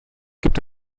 gibt